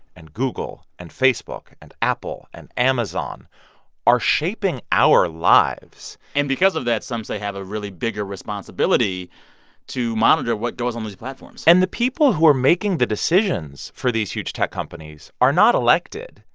and google, and facebook, and apple and amazon are shaping our lives and because of that, some say, have a really bigger responsibility to monitor what goes on these platforms and the people who are making the decisions for these huge tech companies are not elected,